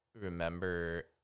remember